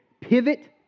pivot